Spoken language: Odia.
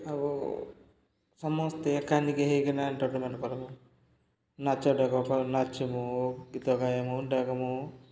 ଆଉ ସମସ୍ତେ ଏକାନିକି ହୋଇକିନା ଏଣ୍ଟରଟେନମେଣ୍ଟ କରବ ନାଚ୍ଟାକ ନାଚ୍ମୁଁ ଗୀତ ଗାଏମୁଁ ଡ଼େଗ୍ମୁଁ